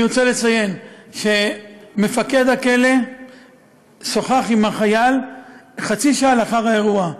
אני רוצה לציין שמפקד הכלא שוחח עם החייל חצי שעה לאחר האירוע.